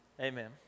amen